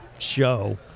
show